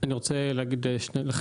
אני רוצה לחלק את דברי לשני חלקים: